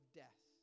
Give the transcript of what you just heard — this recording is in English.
death